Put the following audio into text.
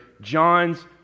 John's